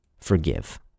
forgive